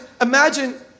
imagine